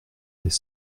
des